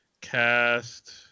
Cast